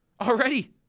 already